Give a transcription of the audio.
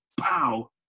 pow